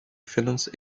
finance